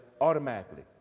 automatically